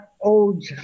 old